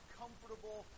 comfortable